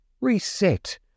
reset